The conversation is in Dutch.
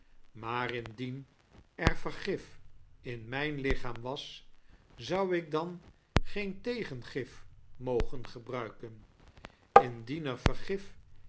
maar indien er vergif in mijn lichaam was zou ik dan geen tegengif mogen gebruiken indien er